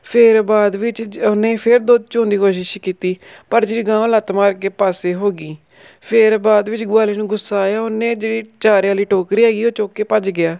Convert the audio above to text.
ਫਿਰ ਬਾਅਦ ਵਿੱਚ ਉਹਨੇ ਫਿਰ ਦੁੱਧ ਚੋਣ ਦੀ ਕੋਸ਼ਿਸ਼ ਕੀਤੀ ਪਰ ਜਿਹੜੀ ਗਾਂ ਉਹ ਲੱਤ ਮਾਰ ਕੇ ਪਾਸੇ ਹੋ ਗਈ ਫਿਰ ਬਾਅਦ ਵਿੱਚ ਗਵਾਲੇ ਨੂੰ ਗੁੱਸਾ ਆਇਆ ਉਹਨੇ ਜਿਹੜੀ ਚਾਰੇ ਵਾਲੀ ਟੋਕਰੀ ਹੈਗੀ ਉਹ ਚੁੱਕ ਕੇ ਭੱਜ ਗਿਆ